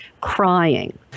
crying